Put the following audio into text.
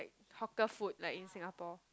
hawker food like in Singapore